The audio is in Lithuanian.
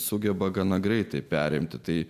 sugeba gana greitai perimti tai